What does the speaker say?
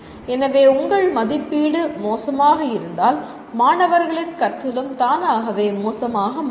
எனவே உங்கள் மதிப்பீடு மோசமாக இருந்தால் மாணவர்களின் கற்றலும் தானாகவே மோசமாக மாறும்